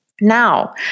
Now